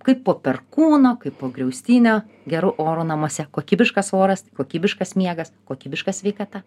kaip po perkūno kaip po griaustinio geru oru namuose kokybiškas oras kokybiškas miegas kokybiška sveikata